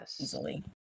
easily